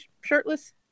shirtless